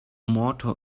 motto